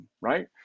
right